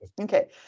okay